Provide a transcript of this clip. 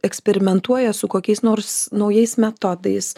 eksperimentuoja su kokiais nors naujais metodais